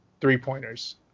three-pointers